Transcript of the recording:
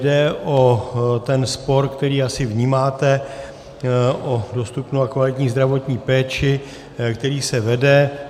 Jde o ten spor, který asi vnímáte, o dostupnou a kvalitní zdravotní péči, který se vede.